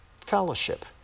fellowship